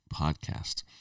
podcast